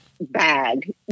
bag